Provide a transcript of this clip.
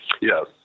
Yes